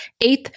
eighth